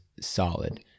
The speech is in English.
solid